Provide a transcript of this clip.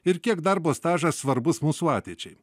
ir kiek darbo stažas svarbus mūsų ateičiai